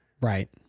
Right